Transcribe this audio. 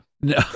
No